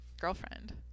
girlfriend